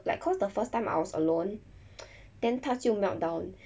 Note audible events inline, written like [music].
like cause the first time I was alone [noise] then 他就 meltdown